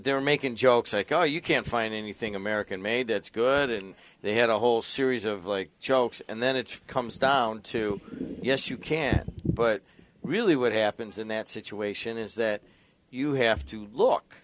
they're making jokes like oh you can't find anything american made that's good and they had a whole series of jokes and then it comes down to yes you can but really what happens in that situation is that you have to look